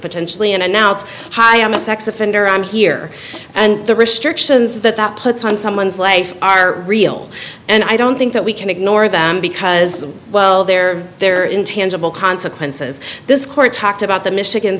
potentially and now it's hi i'm a sex offender i'm here and the restrictions that that puts on someone's life are real and i don't think that we can ignore them because well they're there in tangible consequences this court talked about the michigan